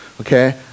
okay